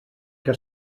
que